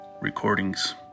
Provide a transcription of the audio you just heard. recordings